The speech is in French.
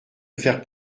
faire